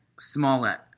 Smollett